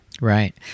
Right